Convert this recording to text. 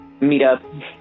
meetup